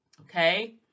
Okay